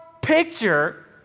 picture